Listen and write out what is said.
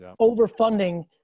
Overfunding